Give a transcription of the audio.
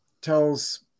tells